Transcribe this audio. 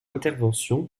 intervention